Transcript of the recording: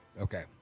Okay